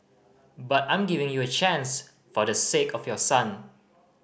but I'm giving you a chance for the sake of your son